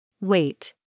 Wait